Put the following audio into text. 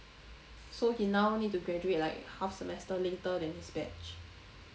so he now need to graduate like half semester later than his batch